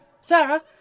Sarah